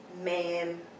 man